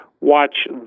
watch